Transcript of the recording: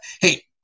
hey